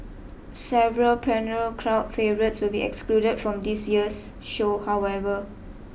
several perennial crowd favourites will be excluded from this year's show however